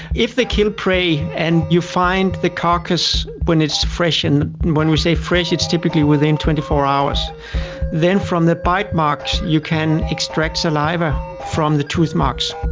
if they kill prey, and you find the carcass when it's fresh and when we say fresh it's typically within twenty four hours then from the bite marks you can extract saliva from the tooth marks.